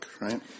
right